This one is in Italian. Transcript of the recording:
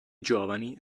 giovani